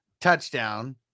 touchdown